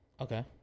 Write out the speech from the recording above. Okay